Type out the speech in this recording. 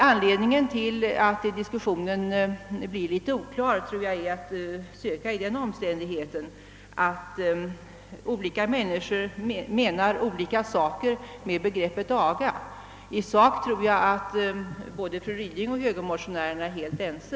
Anledningen till att diskussionen blir en smula oklar tror jag är att söka i den omständigheten, att olika människor avser skilda ting med begreppet »aga». I sak tror jag att fru Ryding och högermotionärerna är helt ense.